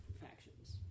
factions